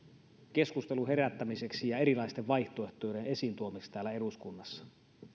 keskustelun herättämiseksi ja erilaisten vaihtoehtojen esiintuomiseksi täällä eduskunnassa